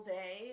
day